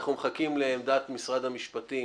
אנחנו מחכים לעמדת משרד המשפטים